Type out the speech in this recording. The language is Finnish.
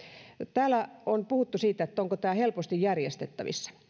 täällä on puhuttu siitä onko tämä helposti järjestettävissä